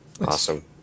Awesome